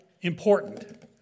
important